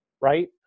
right